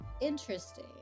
interesting